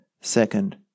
second